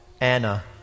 Anna